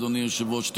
אדוני היושב-ראש.